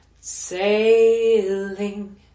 sailing